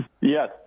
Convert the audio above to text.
yes